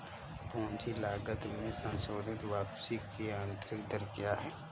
पूंजी लागत में संशोधित वापसी की आंतरिक दर क्या है?